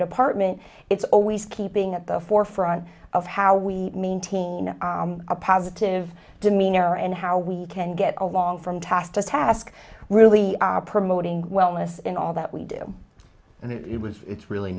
department it's always keeping at the forefront of how we maintain a positive demeanor and how we can get along from task to task really are promoting wellness in all that we do and it was it's really